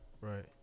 right